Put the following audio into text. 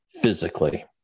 physically